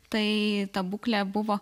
tai ta būklė buvo